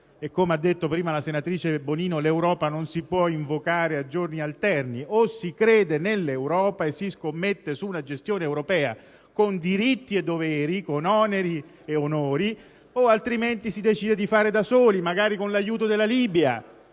Come ha detto prima la senatrice Bonino, l'Europa non si può invocare a giorni alterni: o si crede nell'Europa e si scommette su una gestione europea con diritti e doveri, con oneri e onori, altrimenti si decide di fare da soli, magari con l'aiuto della Libia.